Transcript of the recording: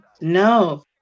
No